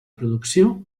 producció